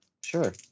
Sure